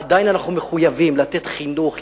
עדיין אנחנו מחויבים לתת חינוך,